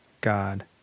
God